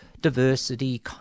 diversity